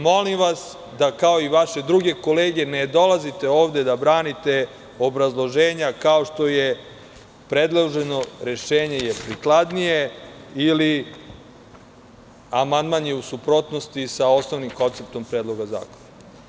Molim vas da, kao i vaše druge kolege, ne dolazite ovde da branite obrazloženja kao što je - predloženo rešenje je prikladnije, ili - amandman je u suprotnosti sa osnovnim konceptom predloga zakona.